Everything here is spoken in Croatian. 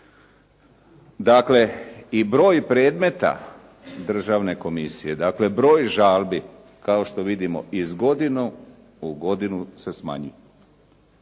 Dakle i broj predmeta državne komisije dakle broj žalbi kao što vidimo, iz godine u godinu se smanjuje.